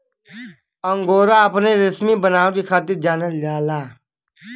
angora अपने रेसमी बनावट के खातिर जानल जाला